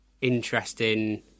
interesting